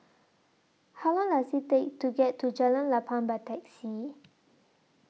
How Long Does IT Take to get to Jalan Lapang By Taxi